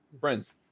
friends